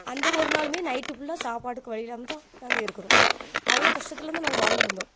அந்த ஒரு நாளும் நைட்டு ஃபுல்லாக சாப்பாடுக்கு வழி இல்லாமல் தான் நாங்கள் இருக்கணும் அவ்வளோ கஷ்டத்தில் வந்து நாங்கள் வாழ்ந்து வந்தோம்